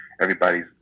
Everybody's